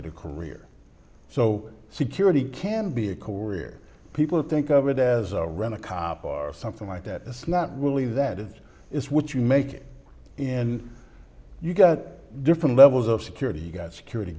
it a career so security can be a career people think of it as a rent a cop bar something like that it's not really that it's is what you make and you get different levels of security you've got security